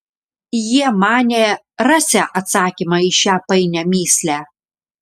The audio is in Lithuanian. jie manė rasią atsakymą į šią painią mįslę